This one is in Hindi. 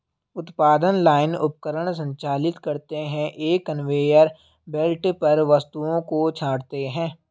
उत्पादन लाइन उपकरण संचालित करते हैं, एक कन्वेयर बेल्ट पर वस्तुओं को छांटते हैं